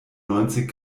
neunzig